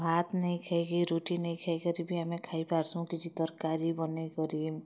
ଭାତ୍ ନେଇ ଖାଇକି ରୁଟି ନେଇ ଖାଇକରି ବି ଆମେ ଖାଇପାର୍ସୁଁ କିଛି ତର୍କାରି ବନେଇକରି